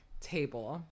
table